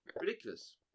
ridiculous